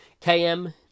KM